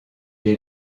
les